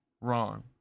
wrong